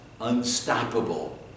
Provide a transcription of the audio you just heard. unstoppable